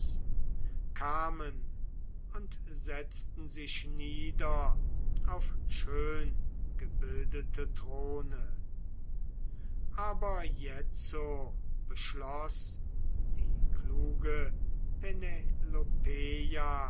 kamen und setzten sich nieder auf schöngebildete throne aber jetzo beschloß die kluge